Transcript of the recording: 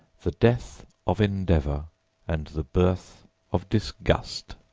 the death of endeavor and the birth of disgust.